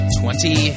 twenty